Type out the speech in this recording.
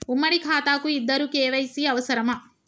ఉమ్మడి ఖాతా కు ఇద్దరు కే.వై.సీ అవసరమా?